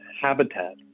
habitat